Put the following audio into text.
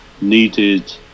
needed